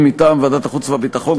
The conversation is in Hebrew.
ומטעם ועדת החוץ והביטחון,